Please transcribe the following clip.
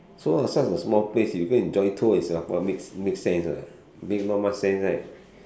so a such a small place you go and join tour in Singapore makes makes sense or not make not much sense right